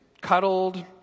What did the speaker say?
cuddled